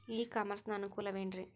E commerce ನ ಅನುಕೂಲವೇನ್ರೇ?